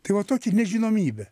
tai va tokia nežinomybė